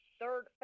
third –